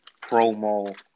promo